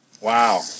Wow